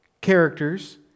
characters